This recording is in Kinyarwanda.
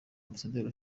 ambasaderi